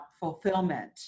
fulfillment